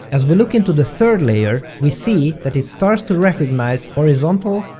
as we look into the third layer, we see that it starts to recognize horizontal,